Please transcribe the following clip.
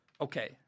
Okay